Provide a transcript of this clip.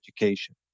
education